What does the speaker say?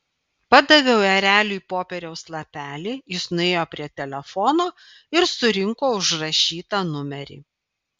padaviau ereliui popieriaus lapelį jis nuėjo prie telefono ir surinko užrašytą numerį